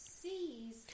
sees